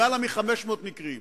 למעלה מ-500 מקרים.